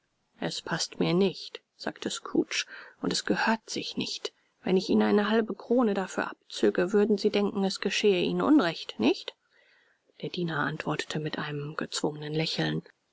es paßt mir nicht sagte scrooge und es gehört sich nicht wenn ich ihnen eine halbe krone dafür abzöge würden sie denken es geschähe ihnen unrecht nicht der diener antwortete mit einem gezwungenen lächeln